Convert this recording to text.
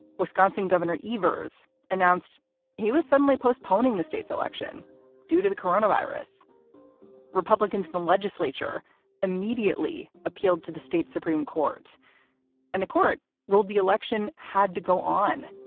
wisconsin governor ivar's announced he was suddenly postponing the state's election due to the coronavirus republicans. the legislature immediately appealed to the state supreme court and the court ruled the election had to go on.